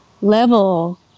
level